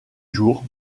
jours